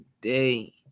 day